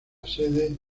sede